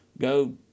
go